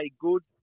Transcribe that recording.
good